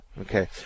Okay